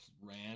ran